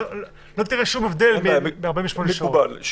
מקובל.